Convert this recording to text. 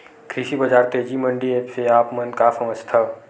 कृषि बजार तेजी मंडी एप्प से आप मन का समझथव?